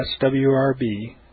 swrb